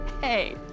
Hey